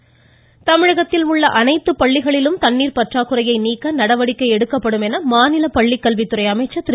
செங்கோட்டையன் தமிழகத்தில் உள்ள அனைத்து பள்ளிகளிலும் தண்ணீர் பற்றாக்குறையை நீக்க நடவடிக்கை எடுக்கப்படும் என மாநில பள்ளிக்கல்வித்துறை அமைச்சர் திரு